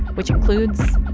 which includes.